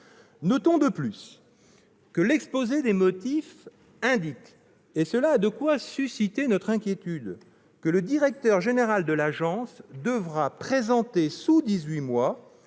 Notons de plus que l'exposé des motifs indique, et cela a de quoi susciter notre inquiétude, que le directeur général de l'agence devra présenter sous dix-huit